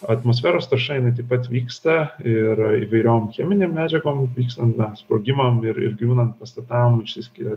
atmosferos tarša jinai taip pat vyksta ir įvairiom cheminėm medžiagom vykstan na sprogimam ir ir griūnan pastatam išsiskiria